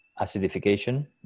acidification